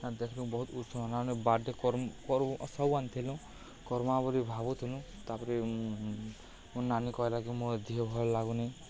ଦେଖିଲୁ ବହୁତ ଉତ୍ସବ ନାନେ ବାର୍ଡେ କର୍ମୁ ସବୁ ଆସିଲୁ କର୍ମୁ ବୋଲିକିରି ଭାବୁଥିଲୁ ତାପରେ ମୋ ନାନୀ କହିଲା କିି ମୋ ଧିହ ଭଲ୍ ଲାଗୁନି